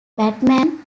batman